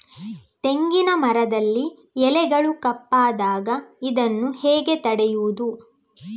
ತೆಂಗಿನ ಮರದಲ್ಲಿ ಎಲೆಗಳು ಕಪ್ಪಾದಾಗ ಇದನ್ನು ಹೇಗೆ ತಡೆಯುವುದು?